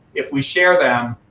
if we share them,